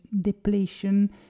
depletion